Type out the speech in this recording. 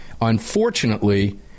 Unfortunately